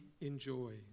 enjoy